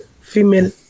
female